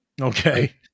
Okay